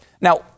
Now